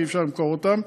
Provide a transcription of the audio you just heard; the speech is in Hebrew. כי אי-אפשר למכור אותם.